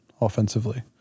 offensively